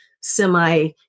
semi